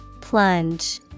Plunge